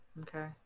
Okay